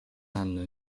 hanno